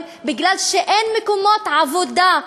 כי אין מקומות עבודה,